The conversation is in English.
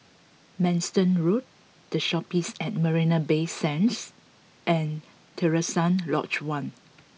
Manston Road The Shoppes at Marina Bay Sands and Terusan Lodge One